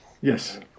Yes